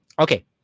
okay